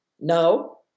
no